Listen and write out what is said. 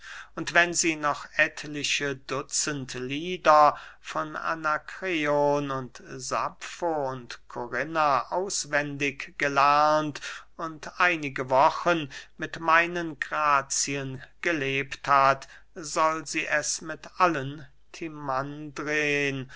und wenn sie noch etliche dutzend lieder von anakreon und sappho und korinna auswendig gelernt und einige wochen mit meinen grazien gelebt hat soll sie es mit allen